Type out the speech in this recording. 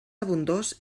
abundós